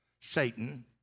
Satan